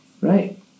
Right